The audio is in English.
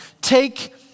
take